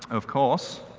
of course,